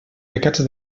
pecats